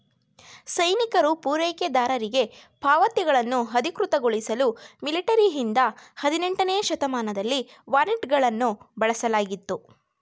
ಸೈನಿಕರು ಪೂರೈಕೆದಾರರಿಗೆ ಪಾವತಿಗಳನ್ನು ಅಧಿಕೃತಗೊಳಿಸಲು ಮಿಲಿಟರಿಯಿಂದ ಹದಿನೆಂಟನೇ ಶತಮಾನದಲ್ಲಿ ವಾರೆಂಟ್ಗಳನ್ನು ಬಳಸಲಾಗಿತ್ತು